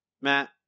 matt